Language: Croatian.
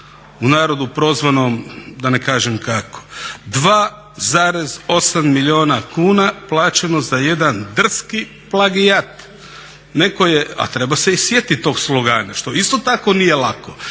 u narodu prozvanom da ne kažem kako, 2,8 milijuna kuna plaćeno za jedan drski plagijat. Neko je, a trebao se i sjetit tog slogana, što isto tako nije lako,